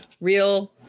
Real